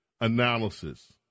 analysis